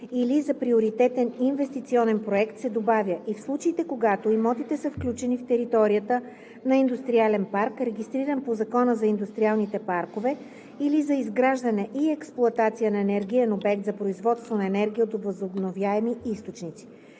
„или за приоритетен инвестиционен проект“ се добавя „и в случаите, когато имотите са включени в територията на индустриален парк, регистриран по Закона за индустриалните паркове или за изграждане и експлоатация на енергиен обект за производство на енергия от възобновяеми източници“.“